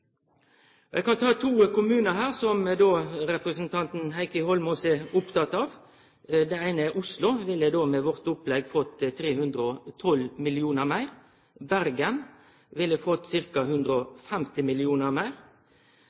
Eg kan ta to kommunar her som representanten Heikki Holmås er oppteken av. Den eine er Oslo, som med vårt opplegg ville fått 312 mill. kr meir. Bergen ville fått ca. 150 mill. kr meir.